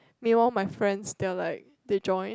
meanwhile my friends they were like they join